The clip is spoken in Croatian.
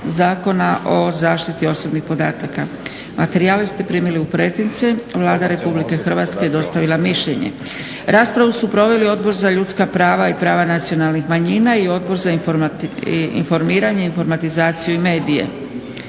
o zaštiti osobnih podataka. Materijale ste primili u pretince. Vlada Republike Hrvatske je dostavila mišljenje. Raspravu su proveli Odbor za ljudska prava i prava nacionalnih manjina i Odbor za informiranje, informatizaciju i medije.